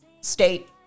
state